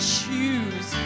choose